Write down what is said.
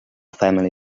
family